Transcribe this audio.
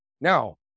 Now